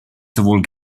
sowohl